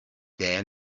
their